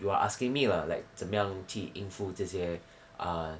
you are asking me lah like 怎么样去应付这些 um